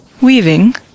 Weaving